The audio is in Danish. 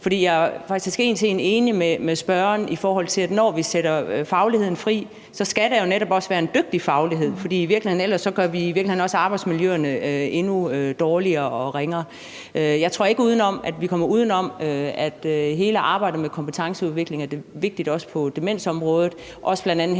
jeg er faktisk en til en enig med spørgeren, i forhold til at når vi sætter fagligheden fri, skal der jo netop også være en høj faglighed, for ellers gør vi i virkeligheden også arbejdsmiljøerne endnu dårligere og ringere. Jeg tror ikke, vi kommer uden om, at hele arbejdet med kompetenceudvikling er vigtigt også på demensområdet, også bl.a. henset